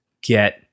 get